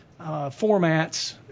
formats